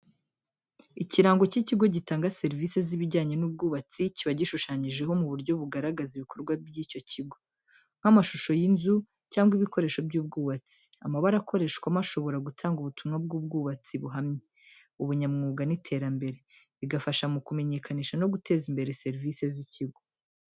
Ikirango cy'ikigo gitanga serivise z'ibijyanye n'ubwubatsi, kiba gishushanyije mu buryo bugaragaza ibikorwa by'icyo kigo, nk'amashusho y'inzu cyangwa ibikoresho by'ubwubatsi. Amabara akoreshwamo ashobora gutanga ubutumwa bw'ubwubatsi buhamye, ubunyamwuga n'iterambere. Bigafasha mu kumenyekanisha no guteza imbere serivise z'ikigo.